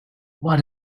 what